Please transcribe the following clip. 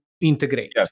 integrate